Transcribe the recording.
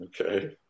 Okay